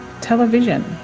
television